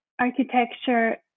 Architecture